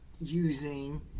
using